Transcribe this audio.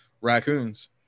raccoons